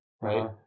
Right